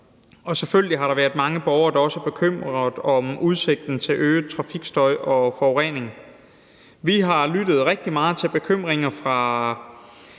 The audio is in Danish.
Og selvfølgelig har der været mange borgere, der også er bekymrede for udsigten til øget trafikstøj og forurening. Vi har lyttet rigtig meget til bekymringer fra